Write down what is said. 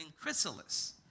Chrysalis